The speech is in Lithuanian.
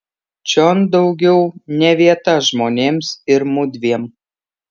čion daugiau ne vieta žmonėms ir mudviem